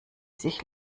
sich